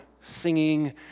singing